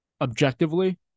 objectively